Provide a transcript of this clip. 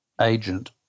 agent